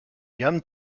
jan